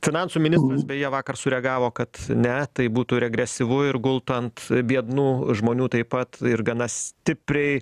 finansų ministras beje vakar sureagavo kad ne tai būtų regresyvu ir gultų ant biednų žmonių taip pat ir gana stipriai